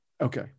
Okay